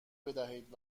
بدهید